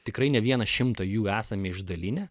tikrai ne vieną šimtą jų esam išdalinę